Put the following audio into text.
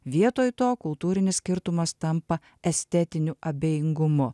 vietoj to kultūrinis skirtumas tampa estetiniu abejingumu